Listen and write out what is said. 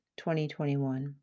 2021